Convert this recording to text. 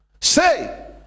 say